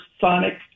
Sonic